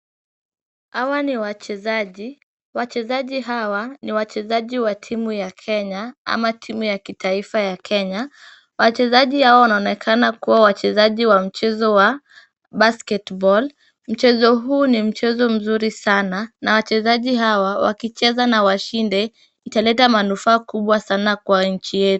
Hawa ni wachezaji, wachezaji hawa ni wa wachezaji wa timu ya Kenya ama timu ya kitaifa ya Kenya, wachezaji hawa wanaonekana kuwa wachezaji wa mchezo wa basketball , mchezo huu ni mchezo mzuri sana na wachezaji hawa wakicheza na washinde, italeta manufaa kubwa sana kwa nchi yetu.